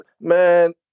Man